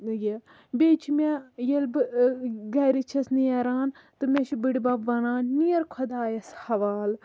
بیٚیہِ چھِ مےٚ ییٚلہِ بہٕ گَرٕ چھَس نیران تہٕ مےٚ چھُ بٕڈبَب وَنان نیر خۄدایَس حَوال